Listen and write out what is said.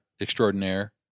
Extraordinaire